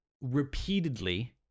repeatedly